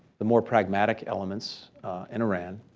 the more pragmatic elements in iran